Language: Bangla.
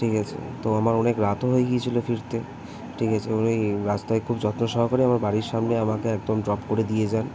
ঠিক আছে তো আমার অনেক রাতও হয়ে গিয়েছিলো ফিরতে টিক আছে উনি রাস্তায় খুব যত্ন সহকারে আমার বাড়ির সামনে আমাকে একদম ড্রপ করে দিয়ে যান